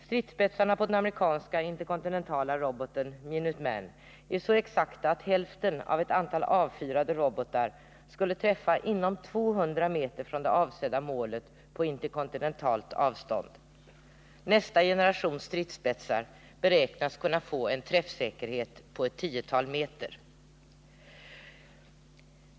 Stridsspetsarna på den amerikanska interkontinentala roboten Minuteman är så exakta att hälften av ett antal avfyrade robotar skulle träffa inom 200 meter från det avsedda målet på interkontinentalt avstånd. Nästa generation stridsspetsar beräknas kunna få en träffsäkerhet på ett tiotal meter.